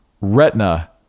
retina